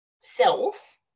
self